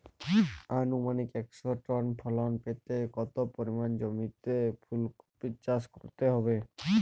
আনুমানিক একশো টন ফলন পেতে কত পরিমাণ জমিতে ফুলকপির চাষ করতে হবে?